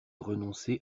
renoncer